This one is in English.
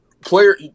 Player